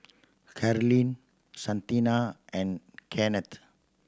Carlene Santina and Kennith